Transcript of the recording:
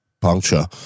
puncture